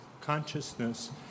consciousness